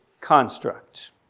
construct